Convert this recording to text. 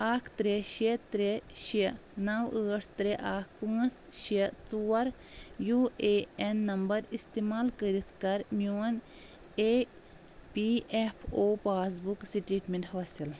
اکھ ترٛےٚ شیٚے ترٛےٚ شیٚے نَو ٲٹھ ترٛےٚ اکھ پانٛژھ شیٚے ژور یو اےٚ ایٚن نمبَر استعمال کٔرتھ کر میون E P F O passbook statement حٲصِل